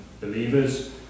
believers